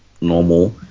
normal